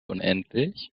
unendlich